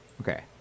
Okay